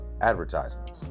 advertisements